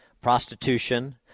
prostitution